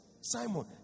simon